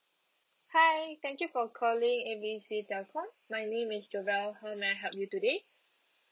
hi thank you for calling A B C telco my name is jovelle how may I help you today